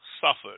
suffered